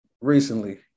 recently